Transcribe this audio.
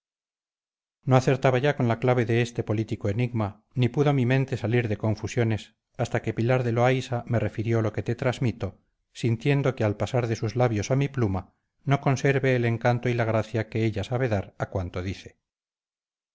no acertaba ya con la clave de este político enigma ni pudo mi mente salir de confusiones hasta que pilar de loaysa me refirió lo que te transmito sintiendo que al pasar de sus labios a mi pluma no conserve el encanto y la gracia que ella sabe dar a cuanto dice